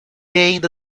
ainda